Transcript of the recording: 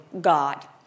God